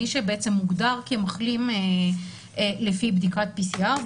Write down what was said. מי שמוגדר כמחלים לפי בדיקת PCR,